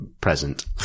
present